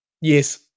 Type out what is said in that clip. Yes